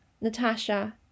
Natasha